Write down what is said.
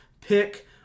pick